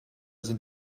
sind